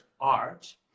art